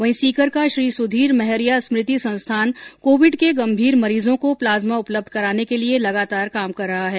वहीं सीकर का श्री सुधीर महरिया स्मृति संस्थान कोविड के गम्मीर मरीजों को प्लाज्मा उपलब्ध कराने के लिए लगातार काम कर रहा है